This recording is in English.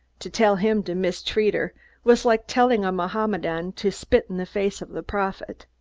to tell him to mistreat her was like telling a mohammedan to spit in the face of the prophet.